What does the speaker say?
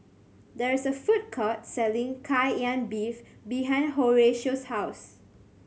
there is a food court selling Kai Lan Beef behind Horatio's house